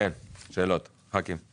זה לא תלוש שכר, לכן יש בזה